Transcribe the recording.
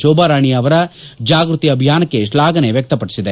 ಶೋಭಾರಾಣಿ ಅವರ ಜಾಗೃತಿ ಅಭಿಯಾನಕ್ಕೆ ಶ್ಲಾಘನೆ ವ್ಯಕ್ತಪಡಿಸಿದೆ